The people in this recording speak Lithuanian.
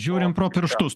žiūrim pro pirštus